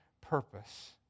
purpose